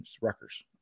Rutgers